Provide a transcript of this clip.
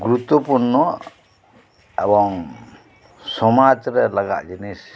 ᱜᱩᱨᱩᱛᱛᱚ ᱯᱩᱨᱱᱚ ᱮᱵᱚᱝ ᱥᱚᱢᱟᱡ ᱨᱮ ᱞᱟᱜᱟᱜ ᱡᱤᱱᱤᱥ